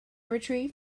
retrieved